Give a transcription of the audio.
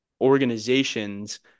organizations